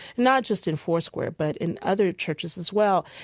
not just in foursquare, but in other churches as well?